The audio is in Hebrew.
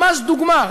ממש דוגמה,